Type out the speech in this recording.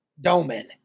Doman